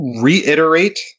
reiterate